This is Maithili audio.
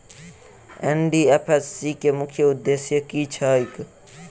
एन.डी.एफ.एस.सी केँ मुख्य उद्देश्य की छैक?